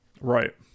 Right